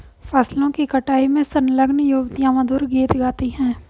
फसलों की कटाई में संलग्न युवतियाँ मधुर गीत गाती हैं